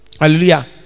hallelujah